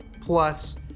plus